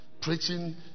preaching